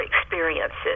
experiences